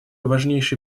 важнейшей